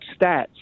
stats